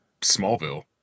Smallville